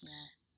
Yes